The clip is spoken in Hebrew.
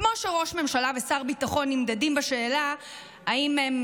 כמו שראש ממשלה ושר ביטחון נמדדים בשאלה אם הם